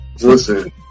Listen